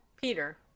peter